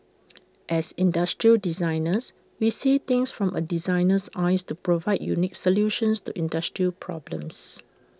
as industrial designers we see things from A designer's eyes to provide unique solutions to industrial problems